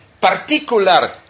particular